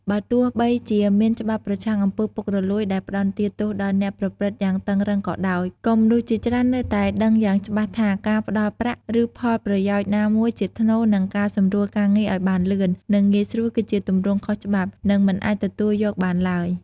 បើទោះបីជាមានច្បាប់ប្រឆាំងអំពើពុករលួយដែលផ្ដន្ទាទោសដល់អ្នកប្រព្រឹត្តយ៉ាងតឹងរ៉ឹងក៏ដោយ ក៏មនុស្សជាច្រើននៅតែដឹងយ៉ាងច្បាស់ថា ការផ្ដល់ប្រាក់ ឬផលប្រយោជន៍ណាមួយជាថ្នូរនឹងការសម្រួលការងារឲ្យបានលឿន និងងាយស្រួល គឺជាទង្វើខុសច្បាប់ និងមិនអាចទទួលយកបានឡើយ។